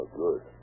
good